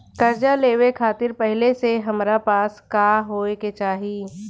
कर्जा लेवे खातिर पहिले से हमरा पास का होए के चाही?